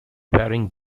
varying